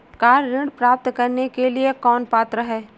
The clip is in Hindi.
कार ऋण प्राप्त करने के लिए कौन पात्र है?